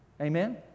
Amen